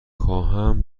خواهم